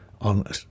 on